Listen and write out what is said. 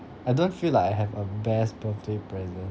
I don't feel like I have a best birthday present